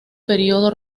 periodo